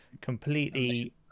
completely